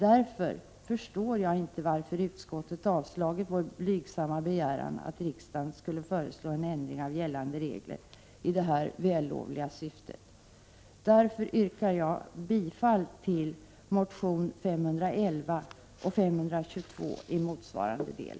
Därför förstår jag inte varför utskottet avstyrkt vår blygsamma begäran om att riksdagen skall föreslå en ändring av gällande regler i detta vällovliga syfte. Därför yrkar jag bifall till motionerna Sf511 och Sf522 i motsvarande del.